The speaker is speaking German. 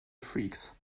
freaks